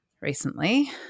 recently